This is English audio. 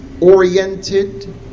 oriented